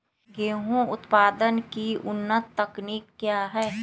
गेंहू उत्पादन की उन्नत तकनीक क्या है?